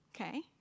Okay